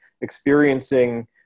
experiencing